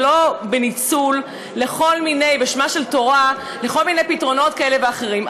ולא ניצול בשמה של תורה לכל מיני פתרונות כאלה ואחרים.